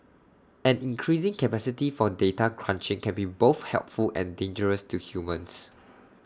an increasing capacity for data crunching can be both helpful and dangerous to humans